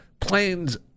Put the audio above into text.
planes